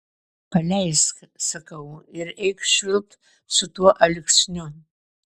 paleisk sakau ir eik švilpt su tuo alksniu